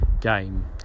game